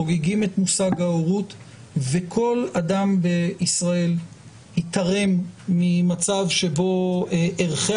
חוגגים את מושג ההורות וכל אדם בישראל ייתרם ממצב שבו ערכי